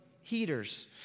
heaters